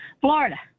Florida